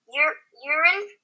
urine